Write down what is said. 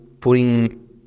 putting